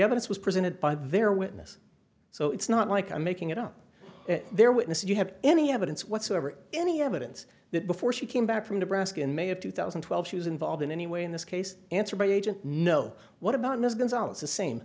evidence was presented by their witness so it's not like i'm making it up there witness you have any evidence whatsoever any evidence that before she came back from nebraska in may of two thousand and twelve she was involved in any way in this case answer by agent no what about th